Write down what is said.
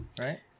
right